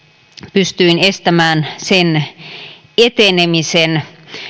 pystyin estämään sen etenemisen